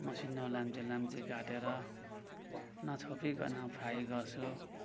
मसिनो लाम्चे लाम्चे काटेर नछोपिकन फ्राई गर्छु